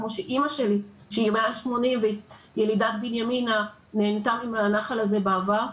כמו שאמא שלי שהיא מעל 80 והיא ילידת בנימינה נהנתה מהנחל הזה בעבר.